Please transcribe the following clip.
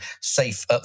safe